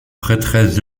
prêtresse